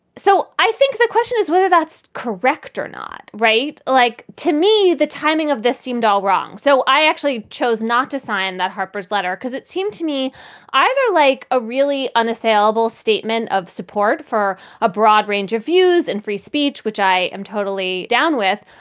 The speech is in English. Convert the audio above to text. so i think the question is whether that's correct or not. right. like, to me, the timing of this seemed all wrong. so i actually chose not to sign that harper's letter because it seemed to me either like a really unassailable statement of support for a broad range of views and free speech, which i am totally down with,